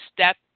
step